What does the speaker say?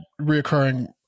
reoccurring